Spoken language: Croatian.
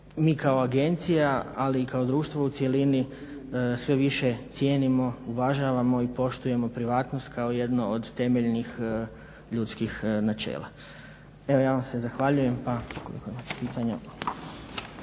mi kao agencija, ali i kao društvo u cjelini sve više cijenimo, uvažavamo i poštujemo privatnost kao jedno od temeljnih ljudskih načela. Evo ja vam se zahvaljujem pa ukoliko imate pitanja.